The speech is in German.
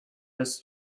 des